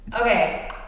Okay